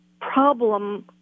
problem